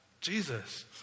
Jesus